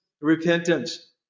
repentance